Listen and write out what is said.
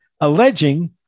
alleging